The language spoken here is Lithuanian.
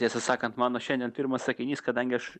tiesą sakant mano šiandien pirmas sakinys kadangi aš